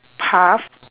path